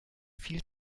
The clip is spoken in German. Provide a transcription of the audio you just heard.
viel